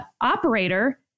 operator